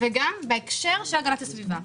וגם בהקשר של הגנת הסביבה.